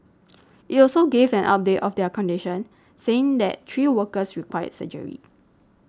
it also gave an update of their condition saying that three workers required surgery